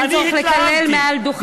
אבל אין צורך לקלל מעל דוכן הכנסת.